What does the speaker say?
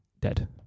Dead